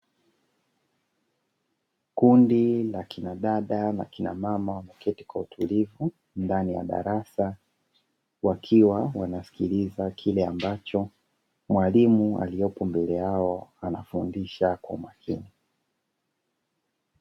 Kundi la kina dada na kina mama wameketi kwa utuliv,u ndani ya darasa wakiwa wanasikiliza kile ambacho mwalimu aliopo mbele yao anafundisha kwa umakini.